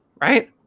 right